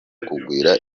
kugwira